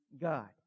God